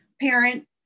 parent